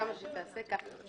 כמה שתעשה כך יהיה.